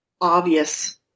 obvious